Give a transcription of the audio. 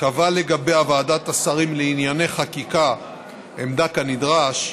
קבעה לגביה ועדת השרים לענייני חקיקה עמדה כנדרש,